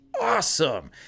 Awesome